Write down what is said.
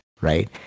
right